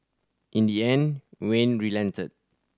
in the end Wayne relented